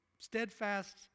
Steadfast